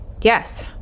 Yes